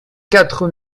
quatre